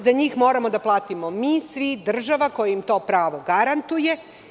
Za njih moramo da platimo mi svi, država koja to pravo garantuje.